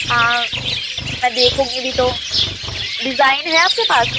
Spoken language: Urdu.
ہاں میں دیکھوں گی بھی تو ڈیزائن ہے آپ کے پاس